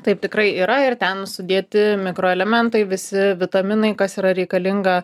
taip tikrai yra ir ten sudėti mikroelementai visi vitaminai kas yra reikalinga